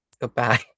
goodbye